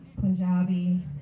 Punjabi